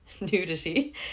nudity